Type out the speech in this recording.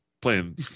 playing